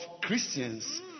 Christians